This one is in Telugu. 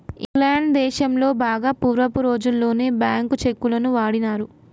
ఇంగ్లాండ్ దేశంలో బాగా పూర్వపు రోజుల్లోనే బ్యేంకు చెక్కులను వాడినారు